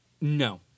No